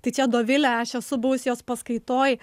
tai čia dovilė aš esu buvusi jos paskaitoj